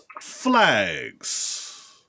Flags